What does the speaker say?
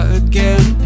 again